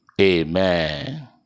amen